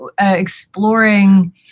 exploring